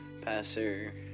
passer